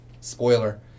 spoiler